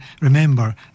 Remember